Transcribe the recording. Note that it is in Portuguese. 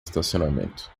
estacionamento